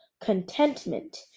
contentment